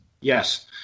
Yes